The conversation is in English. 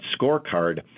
scorecard